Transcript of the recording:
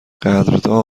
قدردان